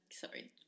sorry